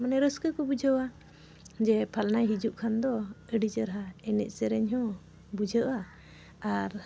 ᱢᱟᱱᱮ ᱨᱟᱹᱥᱠᱟᱹ ᱠᱚ ᱵᱩᱡᱷᱟᱹᱣᱟ ᱡᱮ ᱯᱷᱟᱞᱱᱟᱭ ᱦᱤᱡᱩᱜ ᱠᱷᱟᱱ ᱫᱚ ᱟᱹᱰᱤ ᱪᱮᱨᱦᱟ ᱮᱱᱮᱡᱼᱥᱮᱨᱮᱧ ᱦᱚᱸ ᱵᱩᱡᱷᱟᱹᱜᱼᱟ ᱟᱨ